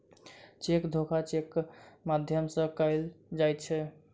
cheque धोखा चेकक माध्यम सॅ कयल जाइत छै